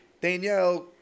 Danielle